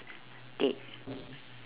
date